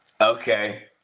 Okay